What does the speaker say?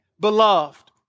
beloved